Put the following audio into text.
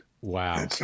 Wow